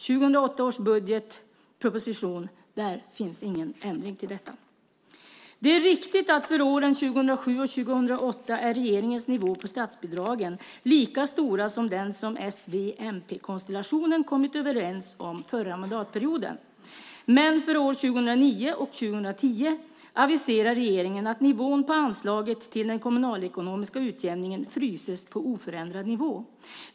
I 2008 års budgetproposition finns ingen ändring av detta. Det är riktigt att för åren 2007 och 2008 är regeringens nivå på statsbidragen lika hög som den som s-v-mp-konstellationen kom överens om förra mandatperioden. Men för år 2009 och 2010 aviserar regeringen att nivån på anslaget till den kommunalekonomiska utjämningen fryses på oförändrad nivå.